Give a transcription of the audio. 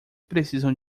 precisam